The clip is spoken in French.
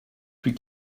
plus